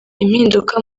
impinduka